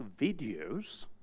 videos